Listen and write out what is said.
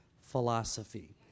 philosophy